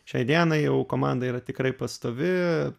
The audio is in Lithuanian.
šiai dienai jau komanda yra tikrai pastovi